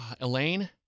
Elaine